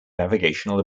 navigational